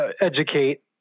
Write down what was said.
educate